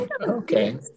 Okay